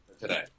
today